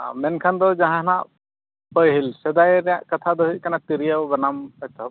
ᱢᱮᱱᱠᱷᱟᱱ ᱫᱚ ᱡᱟᱦᱟᱱᱟᱜ ᱯᱟᱹᱦᱤᱞ ᱥᱮᱫᱟᱭ ᱨᱮᱭᱟᱜ ᱠᱟᱛᱷᱟ ᱫᱚ ᱦᱩᱭᱩᱜ ᱠᱟᱱᱟ ᱛᱤᱨᱭᱳ ᱵᱟᱱᱟᱢ ᱮᱛᱚᱦᱚᱵ